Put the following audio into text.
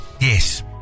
Yes